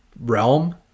realm